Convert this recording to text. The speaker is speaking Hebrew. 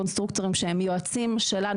קונסטרוקטורים שהם יועצים שלנו,